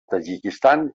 tadjikistan